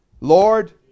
Lord